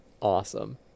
awesome